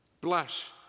Bless